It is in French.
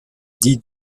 dit